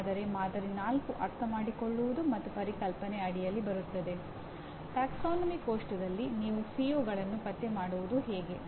ಉದಾಹರಣೆಗೆ ನಾವು ಉತ್ತಮ ಎಂಜಿನಿಯರ್ಗಳ ಗುಣಲಕ್ಷಣಗಳು ಯಾವುವು ಎಂಬುದರ ಕುರಿತು ಮಾತನಾಡಿದ್ದೇವೆ